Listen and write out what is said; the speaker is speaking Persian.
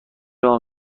راه